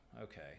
Okay